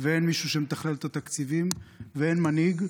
ואין מישהו שמתכלל את התקציבים ואין מנהיג,